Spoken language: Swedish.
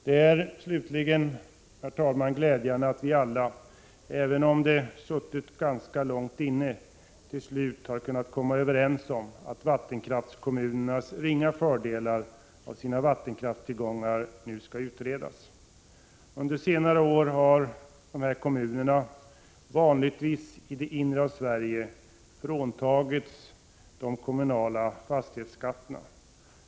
Det är slutligen glädjande, herr talman, att vi alla — även om det suttit ganska långt inne — till slut har kunnat komma överens om att frågan om vattenkraftskommunernas ringa fördelar av sina vattenkraftstillgångar nu skall utredas. Under senare år har dessa kommuner — vanligtvis i det inre av Sverige — fråntagits de kommunala fastighetsskatterna.